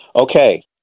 Okay